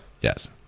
Yes